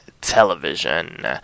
television